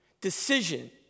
decision